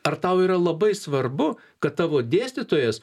ar tau yra labai svarbu kad tavo dėstytojas